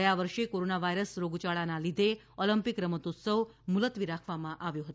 ગયા વર્ષે corona virus રોગયાળાને લીધે ઓલિમ્પિક રમતોત્સવ મુલતવી રાખવામાં આવ્યો હતો